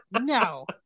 No